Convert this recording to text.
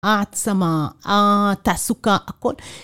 העצמה, תעסוקה, הכול.